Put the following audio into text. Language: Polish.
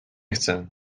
chcę